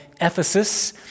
Ephesus